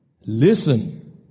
Listen